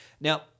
Now